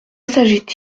s’agit